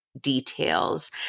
Details